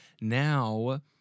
Now